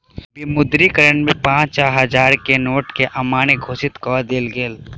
विमुद्रीकरण में पाँच आ हजार के नोट के अमान्य घोषित कअ देल गेल